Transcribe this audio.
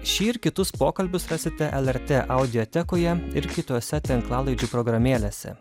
šį ir kitus pokalbius rasite lrt audiotekoje ir kitose tinklalaidžių programėlėse